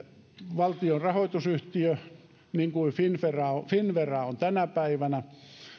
valtion rahoitusyhtiö niin kuin finnvera on tänä päivänä